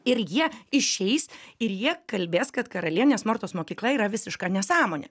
ir jie išeis ir jie kalbės kad karalienės mortos mokykla yra visiška nesąmonė